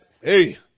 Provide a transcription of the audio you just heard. hey